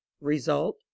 Result